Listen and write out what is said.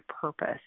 purpose